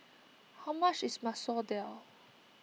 how much is Masoor Dal